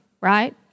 right